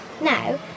Now